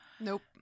Nope